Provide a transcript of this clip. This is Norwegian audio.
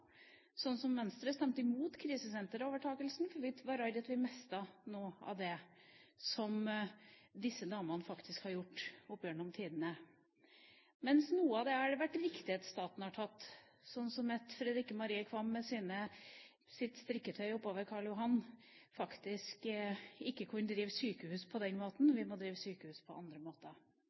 Sånn har vi sett, skritt for skritt, at velferdsstaten har blitt utviklet – på godt og på vondt. Noen ganger har vi mistet noe, slik som da Venstre stemte imot krisesenterovertakelsen fordi vi var redde for at vi mistet noe av det som disse damene faktisk har gjort opp gjennom tidene, mens noe av det har det vært riktig at staten har tatt – Fredrikke Marie Qvam gikk jo med sitt strikketøy oppover